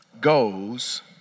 goes